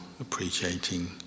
appreciating